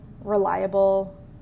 reliable